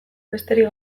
besterik